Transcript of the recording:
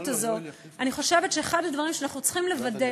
אני חושבת שאחד הדברים שאנחנו צריכים לוודא,